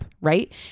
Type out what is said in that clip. right